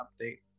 update